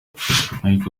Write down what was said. michael